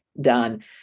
done